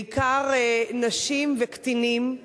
בעיקר נשים וקטינים,